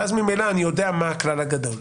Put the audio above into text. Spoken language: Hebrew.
ואז, ממילא, אני יודע מהו הכלל הגדול.